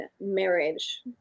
marriage